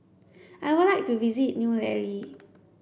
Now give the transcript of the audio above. I would like to visit New Delhi